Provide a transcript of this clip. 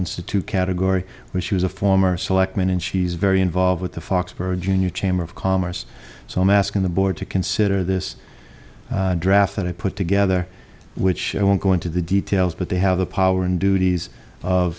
institute category which was a former selectman and she's very involved with the foxboro junior chamber of commerce so i'm asking the board to consider this draft that i put together which i won't go into the details but they have the power and duties of